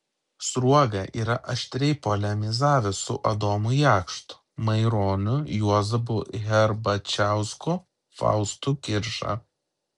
sruoga yra aštriai polemizavęs su adomu jakštu maironiu juozapu herbačiausku faustu kirša